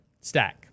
Stack